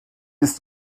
ist